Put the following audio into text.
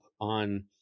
on